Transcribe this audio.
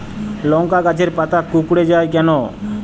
লংকা গাছের পাতা কুকড়ে যায় কেনো?